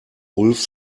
ulf